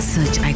Search